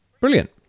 brilliant